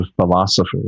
philosopher